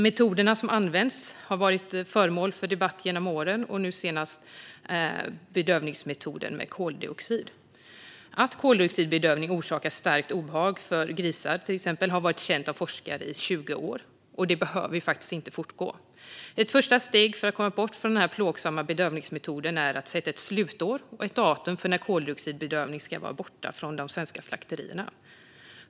Metoderna som används på slakterierna har varit föremål för debatt genom åren, nu senast bedövningsmetoden med koldioxid. Att koldioxidbedövning orsakar starkt obehag för till exempel grisar har varit känt av forskare i 20 år. Det behöver faktiskt inte fortgå. Ett första steg för att komma bort från den här plågsamma bedövningsmetoden är att sätta ett slutår och ett datum för när koldioxidbedövningen ska vara borta från de svenska slakterierna.